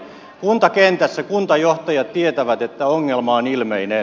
kuntakentässä kuntajohtajat tietävät että ongelma on ilmeinen